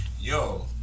Yo